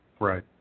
Right